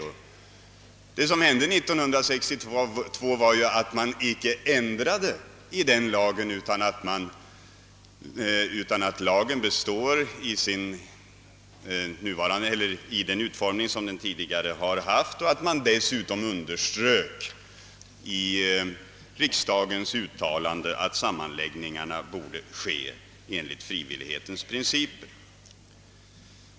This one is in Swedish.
Denna lag ändrades inte 1962, utan den består i den utformning den tidigare haft. Dessutom underströks i riksdagens uttalande att sammanläggningarna borde ske enligt frivillighetsprincipen.